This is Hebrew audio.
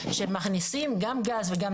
שמכניסים גם גז וגם